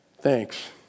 thanks